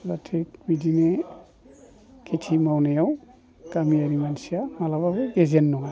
दा थिख बिदिनो खेथि मावनायाव गामियारि मानसिया माब्लाबाबो गेजेन नङा